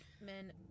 men